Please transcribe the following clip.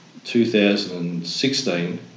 2016